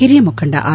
ಹಿರಿಯ ಮುಖಂಡ ಆರ್